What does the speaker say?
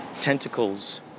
tentacles